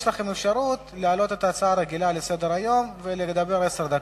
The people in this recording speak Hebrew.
לכן יש לכם אפשרות להעלות את ההצעה הרגילה לסדר-היום ולדבר עשר דקות.